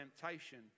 temptation